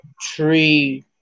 tree